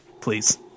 Please